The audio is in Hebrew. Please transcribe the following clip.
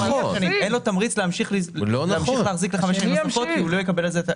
אין לו תמריץ להמשיך להחזיק לחמש שנים נוספות כי הוא לא יקבל.